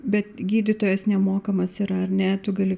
bet gydytojas nemokamas yra ar ne tu gali